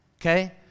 Okay